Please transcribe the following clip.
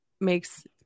makes